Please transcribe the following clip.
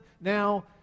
now